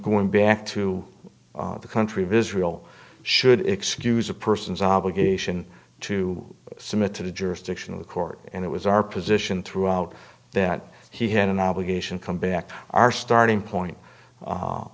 going back to the country of israel should excuse a person's obligation to submit to the jurisdiction of the court and it was our position throughout that he had an obligation come back to our starting point